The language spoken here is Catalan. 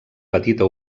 petita